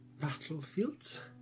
battlefields